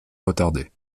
retardé